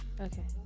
Okay